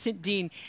Dean